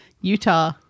Utah